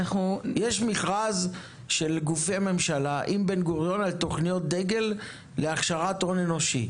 יש מכרז של גופי ממשלה עם בן-גוריון על תוכניות דגל להכשרת הון אנושי.